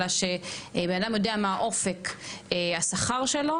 אלא שבן אדם יודע מה אופק השכר שלו,